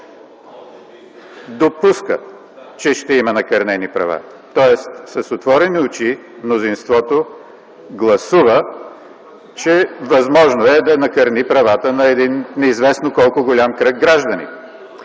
Допуска, че ще има накърнени права. Тоест с отворени очи мнозинството гласува, че е възможно да накърни правата на неизвестно колко голям кръг граждани.